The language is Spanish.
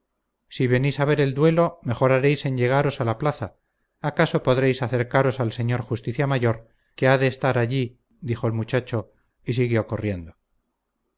si venís a ver el duelo mejor haréis en llegaros a la plaza acaso podréis acercaros al señor justicia mayor que ha de estar allí dijo el muchacho y siguió corriendo